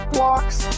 Blocks